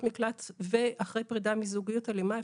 מקלט לנשים מוכות ואחרי פרידה מזוגיות אלימה,